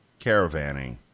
caravanning